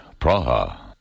Praha